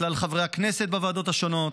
מכלל חברי הכנסת בוועדות השונות,